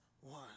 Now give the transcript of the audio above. one